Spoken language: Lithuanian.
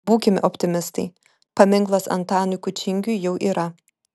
būkime optimistai paminklas antanui kučingiui jau yra